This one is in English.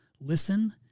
Listen